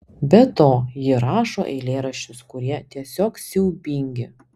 be to ji rašo eilėraščius kurie tiesiog siaubingi